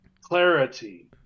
clarity